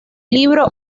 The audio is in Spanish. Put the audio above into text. libro